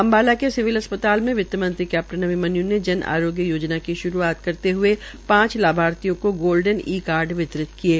अम्बाला के सिविल अस्पताल में वितमंत्री कैप्टन अभिमन्यू ने जन आरोग्य योजना की श्रूआत करते हए पांच लाभार्थियों को गोलडन ई कार्ड वितरित किये